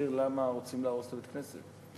תסביר למה רוצים להרוס את בית-הכנסת.